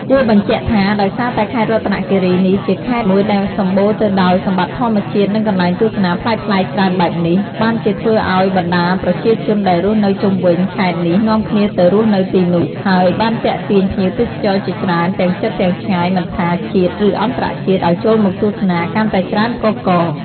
គួរបញ្ជាក់ថា ដោយសារតែខេត្តរតនគិរីនេះជាខេត្តមួយដែលសម្បូរទៅដោយសម្បត្តិធម្មជាតិនិងកន្លែងទស្សនាប្លែកៗច្រើនបែបនេះ បានជាធ្វើឲ្យបណ្តាប្រជាជនដែលរស់នៅជុំវិញខេត្តនេះនាំគ្នាទៅរស់នៅទីនោះ ហើយបានទាក់ទាញភ្ញៀវទេសចរជាច្រើនទាំងជិតទាំងឆ្ងាយមិនថា ជាតិ ឬអន្តរជាតិ ឱ្យចូលមកទស្សនាកាន់តែច្រើនកុះករ។